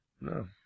No